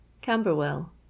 Camberwell